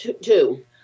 two